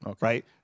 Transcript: right